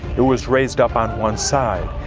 it was raised up on one side,